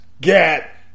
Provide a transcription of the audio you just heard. get